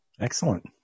Excellent